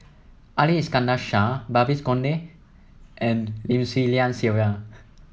Ali Iskandar Shah Babes Conde and Lim Swee Lian Sylvia